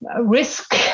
risk